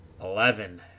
eleven